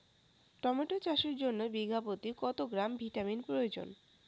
Tomato চাষের জন্য বিঘা প্রতি কত গ্রাম ভিটামিন প্রয়োজন?